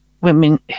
women